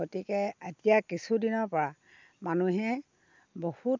গতিকে এতিয়া কিছুদিনৰ পৰা মানুহে বহুত